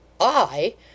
I